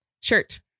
Shirt